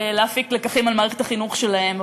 להפיק לקחים על מערכת החינוך שלהם,